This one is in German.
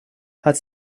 hat